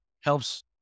helps